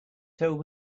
told